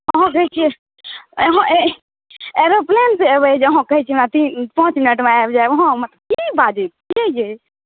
हँ दै छियै एरोप्लेनसँ एबै जे अहाँ कहै छियै तीन पाँच मिनटमे आबि जायब हम की बाजै छियै यै